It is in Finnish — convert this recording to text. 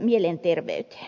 mielenterveyteen